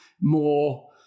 more